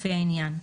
לפי העניין".